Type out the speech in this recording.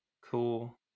cool